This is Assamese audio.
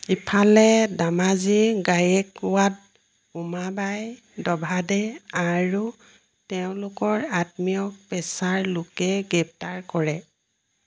ইফালে দামাজি গায়েকৱাদ উমাবাই দভাদে আৰু তেওঁলোকৰ আত্মীয়ক পেশ্বাৰ লোকে গ্ৰেপ্তাৰ কৰে